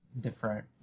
different